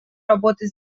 работы